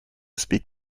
speak